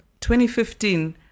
2015